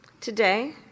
today